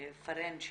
פארן.